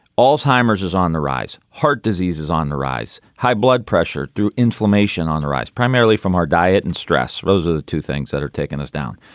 alzheimer's is on the rise. heart disease is on the rise. high blood pressure to inflammation on the rise, primarily from our diet and stress. those are the two things that are taking us down.